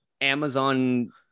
Amazon